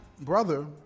brother